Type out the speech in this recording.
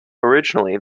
originally